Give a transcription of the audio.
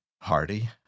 Hardy